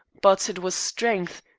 but it was strength,